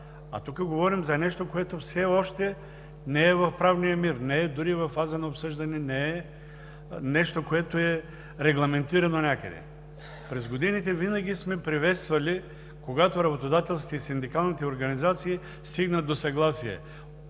а тук говорим за нещо, което все още не е в правния мир, не е дори във фаза на обсъждане, не е нещо, което е регламентирано някъде. През годините винаги сме приветствали, когато работодателските и синдикалните организации стигнат до съгласие.